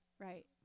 Right